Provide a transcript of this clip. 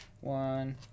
One